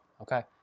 okay